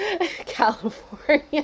California